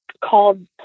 called